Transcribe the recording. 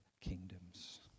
kingdoms